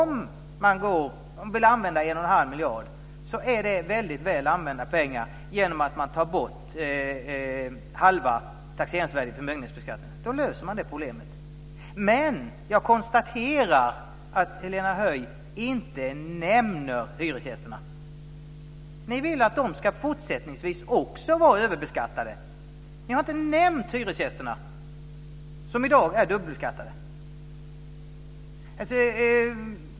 Men 1 1⁄2 miljard är väl använda pengar. Man tar bort halva taxeringsvärdet i förmögenhetsbeskattningen. Jag konstaterar att Helena Höij inte nämner hyresgästerna.